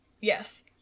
Yes